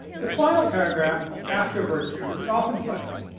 the final paragraph of after virtue is often cited,